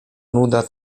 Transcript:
nuda